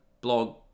blog